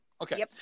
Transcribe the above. Okay